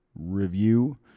review